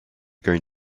going